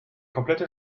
komplette